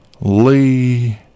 Lee